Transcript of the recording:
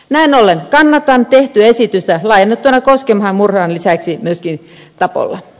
näin ollen kannatan tehtyä esitystä laajennettuna koskemaan murhan lisäksi myöskin tappoa